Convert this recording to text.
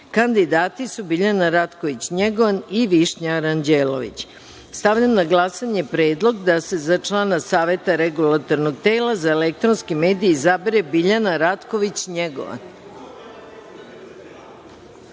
dogovorom. Kandidati su Biljana Ratković Njegovan i Višnja Aranđelović. Stavljam na glasanje predlog da se za člana Saveta Regulatornog tela za elektronske medije izabere Biljana Ratković